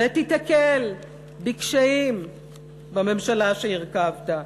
ותיתקל בקשיים בממשלה שהרכבת,